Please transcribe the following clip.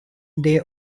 they